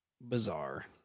bizarre